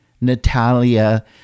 Natalia